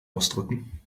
ausdrücken